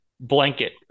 blanket